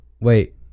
wait